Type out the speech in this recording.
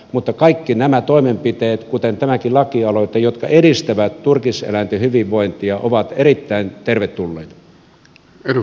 mutta kaikki nämä toimenpiteet jotka edistävät turkiseläinten hyvinvointia kuten tämäkin lakialoite ovat erittäin tervetulleita